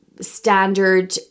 standard